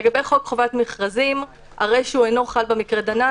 לגבי חוק חובת מכרזים הרי שהוא אינו חל במקרה דנן